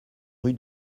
rue